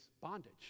bondage